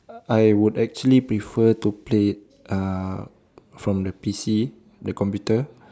I would actually prefer to play it uh from the P_C the computer